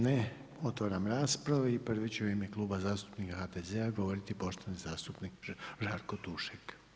Ne, otvaram raspravu i prvi će u ime Kluba zastupnika HDZ-a govoriti poštovani zastupnik Žarko Tušek.